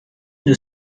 une